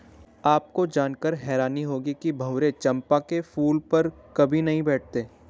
आपको जानकर हैरानी होगी कि भंवरे चंपा के फूल पर कभी नहीं बैठते